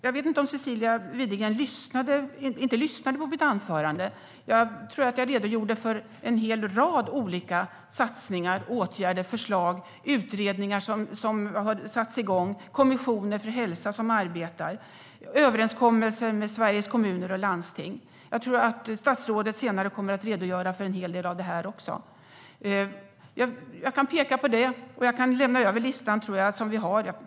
Jag vet inte om Cecilia Widegren inte lyssnade på mitt anförande. Jag tyckte att jag redogjorde för en hel rad olika satsningar - åtgärder, förslag, utredningar som satts igång, kommissioner för hälsa som arbetar, överenskommelser som träffats med Sveriges Kommuner och Landsting. Jag tror att också statsrådet kommer att redogöra för en hel del av dem. Jag kan lämna över listan som vi har.